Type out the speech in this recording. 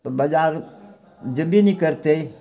तऽ बजार जेबे नहि करतै